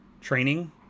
training